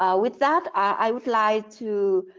ah with that, i would like to